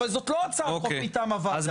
אבל זו לא הצעת חוק מטעם הוועדה.